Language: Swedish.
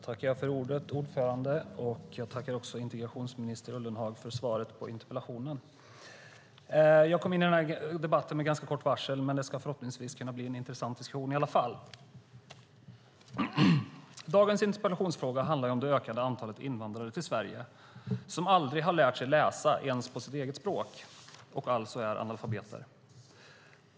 Herr talman! Jag tackar integrationsminister Ullenhag för svaret på interpellationen. Jag kom in i debatten med ganska kort varsel, men förhoppningsvis blir det en intressant diskussion i alla fall. Dagens interpellation handlar om det ökade antalet invandrare till Sverige som aldrig lärt sig läsa ens på sitt eget språk och alltså är analfabeter.